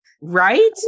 Right